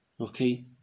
Okay